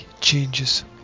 changes